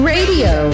Radio